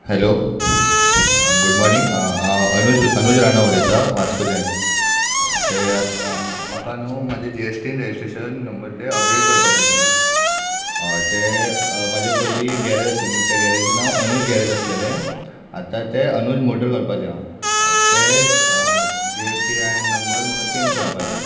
hello आं good morning हांव अनुज अनुज राणा उलयतां वास्कोच्यान ते आत म्हाका न्हू म्हाजें GSTIN registration number ते अपडेट करपाचें आसले हय ते म्हाजें पयलीं गॅरेज आसलेलें न्हू ते गॅरेज नांव अनुज गॅरेज आसलेलें आतां तें अनुज मोटर करपाचें आसा तें जीएसटीआयन नंबर म्हाका चेंज करपाचें आहा